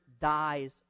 dies